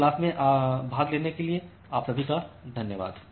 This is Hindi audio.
इस क्लास में भाग लेने के लिए आप सभी का धन्यवाद